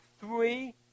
three